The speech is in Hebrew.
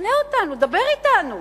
תשכנע אותנו, דבר אתנו.